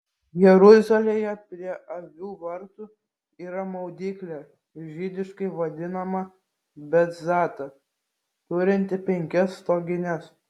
jeruzalėje prie avių vartų yra maudyklė žydiškai vadinama betzata turinti penkias stogines